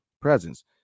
presence